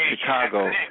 Chicago